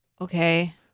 Okay